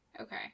Okay